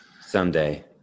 someday